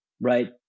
Right